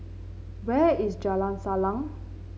where is Jalan Salang